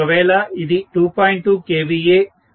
ఒకవేళ ఇది 2